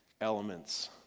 elements